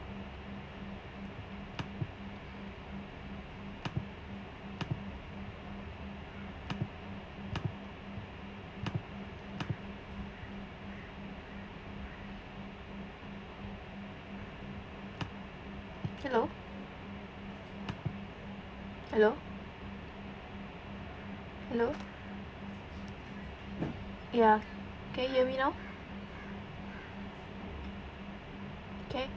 hello hello hello ya can you hear me now can